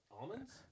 almonds